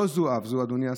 לא זו אף זו, אדוני השר,